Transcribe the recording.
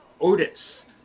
Otis